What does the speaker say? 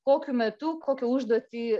kokiu metu kokią užduotį